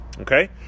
okay